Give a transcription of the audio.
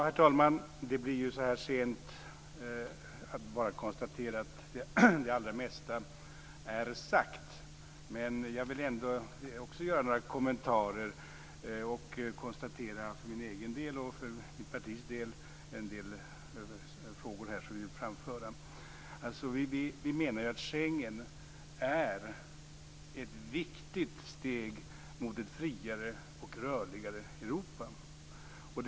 Herr talman! Så här sent kan man konstatera att det allra mesta redan är sagt. Men jag vill ändå göra några kommentarer och föra fram en del frågor för min egen och för mitt partis del. Vi menar att Schengen är ett viktigt steg mot ett friare och rörligare Europa.